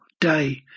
day